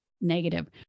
negative